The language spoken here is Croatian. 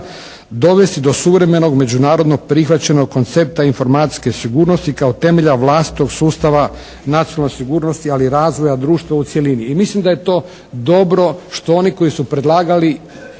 dovesti do suvremenog međunarodnog prihvaćenog koncepta informacijske sigurnosti kao temelja vlastitog sustava nacionalne sigurnosti ali i razvoja društva u cjelini. I mislim da je to dobro što oni koji su predlagali